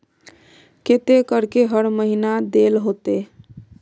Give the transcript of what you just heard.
केते करके हर महीना देल होते?